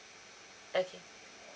okay